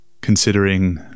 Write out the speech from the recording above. considering